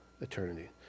eternity